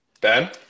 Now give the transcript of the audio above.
Ben